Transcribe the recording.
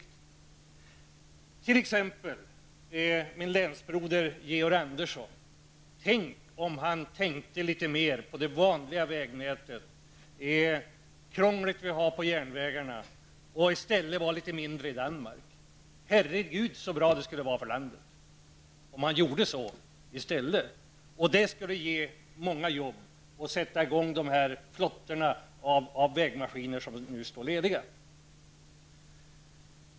Tänk om t.ex. min länsbroder Georg Andersson tänkte litet mer på det vanliga vägnätet, det krångel vi har med järnvägarna och i stället var litet mindre i Danmark. Herre Gud så bra det skulle vara för landet! Det skulle ge många jobb och sätta i gång de flottor av vägmaskiner som nu står lediga.